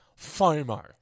FOMO